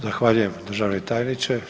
Zahvaljujem, državni tajniče.